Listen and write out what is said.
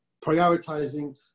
prioritizing